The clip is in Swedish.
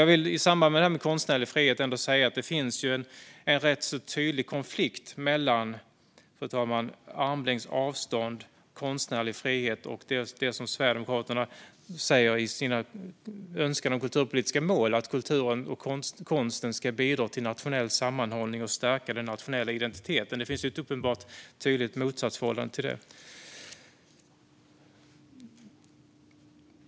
Jag vill i samband med det här med konstnärlig frihet säga att det finns en rätt tydlig konflikt, fru talman, mellan armlängds avstånd, konstnärlig frihet och det som Sverigedemokraterna säger i sin önskan om kulturpolitiska mål: att kulturen och konsten ska bidra till nationell sammanhållning och stärka den nationella identiteten. Det finns ett uppenbart och tydligt motsatsförhållande där.